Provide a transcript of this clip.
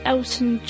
Elton